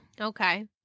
Okay